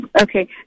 Okay